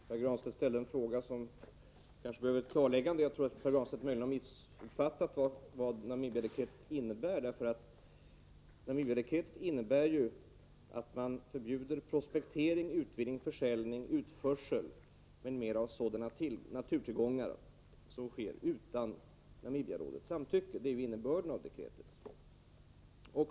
Herr talman! Pär Granstedt ställde en fråga som kanske behöver ett klarläggande. Pär Granstedt har möjligen missuppfattat vad Namibiadekretet innebär. Namibiadekretet innebär att man förbjuder prospektering, utvinning, försäljning, utförsel m.m. av naturtillgångar som sker utan Namibiarådets samtycke.